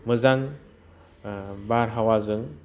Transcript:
मोजां बारहावाजों